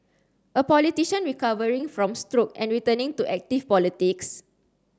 a politician recovering from stroke and returning to active politics